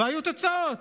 והיו תוצאות.